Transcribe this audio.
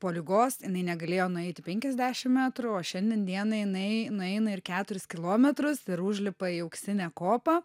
po ligos jinai negalėjo nueiti penkiasdešim metrų o šiandien dienai jinai nueina ir keturis kilometrus ir užlipa į auksinę kopą